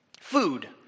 Food